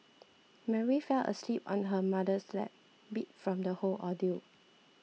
Mary fell asleep on her mother's lap beat from the whole ordeal